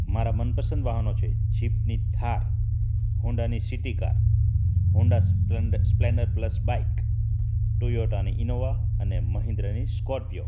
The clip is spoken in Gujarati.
મારા મનપસંદ વાહનો છે જીપની થાર હોન્ડાની City car Honda Splendor Splendor Plus bike ટોયોટાની ઈનોવા અને મહેન્દ્રાની સ્કોર્પિયો